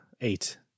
Eight